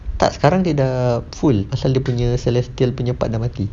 tak sekarang dia dah full pasal dia punya celestial punya partner mati